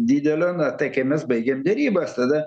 didelio na tai kai mes baigėm derybas tada